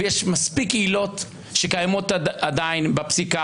ויש מספיק עילות שקיימות עדיין בפסיקה,